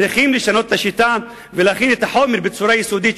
צריך לשנות את השיטה ולהכין את החומר בצורה יסודית,